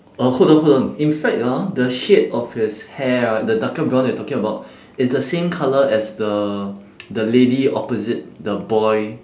uh hold on hold on in fact ah the shade of his hair ah the darker brown that you're talking about is the same colour as the the lady opposite the boy